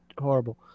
horrible